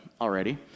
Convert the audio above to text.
already